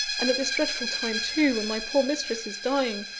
and at this dreadful time too, when my poor mistress is dying!